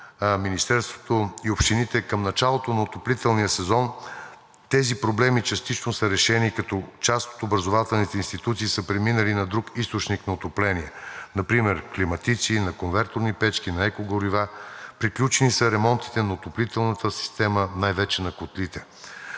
Министерството и общините към началото на отоплителния сезон тези проблеми частично са решени като част от образователните институции са преминали на друг източник на отопление. Например климатици, на конверторни печки, на еко горива, приключени са ремонтите на отоплителната система най вече на котлите.